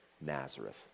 Nazareth